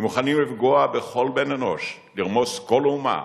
הם מוכנים לפגוע בכל בן-אנוש, לרמוס כל אומה